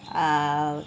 ah